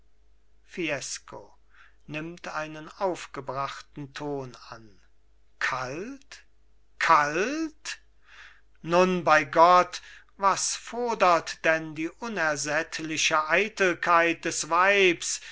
fiesco nimmt einen aufgebrachten ton an kalt kalt nun bei gott was fodert denn die unersättliche eitelkeit des weibs